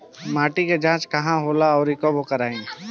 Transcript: माटी क जांच कहाँ होला अउर कब कराई?